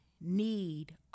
need